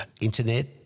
internet